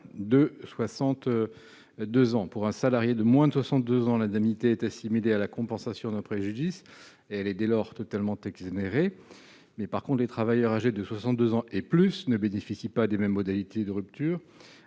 de 62 ans. Pour un salarié de moins de 62 ans, l'indemnité est assimilée à la compensation d'un préjudice. Elle est dès lors totalement exonérée. En revanche, les travailleurs âgés de 62 ans et plus ne bénéficient pas des mêmes modalités de rupture